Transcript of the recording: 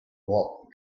what